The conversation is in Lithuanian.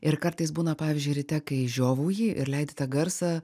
ir kartais būna pavyzdžiui ryte kai žiovauji ir leidi tą garsą